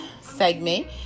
segment